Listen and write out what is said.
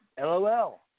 LOL